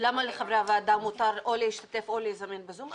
למה לחברי הוועדה מותר או להשתתף או להיות מוזמנים ב"זום",